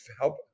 help